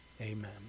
Amen